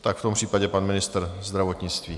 Tak v tom případě pan ministr zdravotnictví.